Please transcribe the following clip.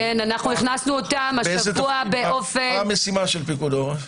הכנסנו אותם השבוע באופן --- מה המשימה של פיקוד העורף?